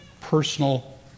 personal